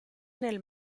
nel